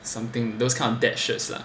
something those kind of dad shirts lah